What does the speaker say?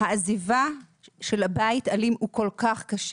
העזיבה של בית אלים הוא כה קשה.